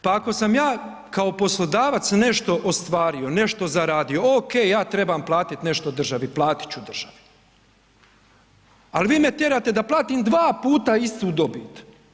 Pa ako sam ja kao poslodavac nešto ostvario, nešto zaradio, ok, ja trebam platiti nešto državi, platit ću državi ali vi me tjerate da platim dva puta istu dobit.